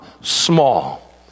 small